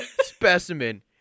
specimen